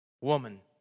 woman